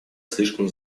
слишком